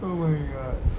oh my god